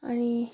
अनि